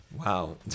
wow